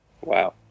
Wow